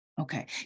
Okay